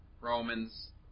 Romans